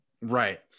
right